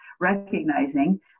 recognizing